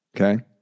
Okay